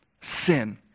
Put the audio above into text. sin